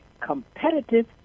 competitive